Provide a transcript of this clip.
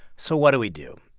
so what do we do?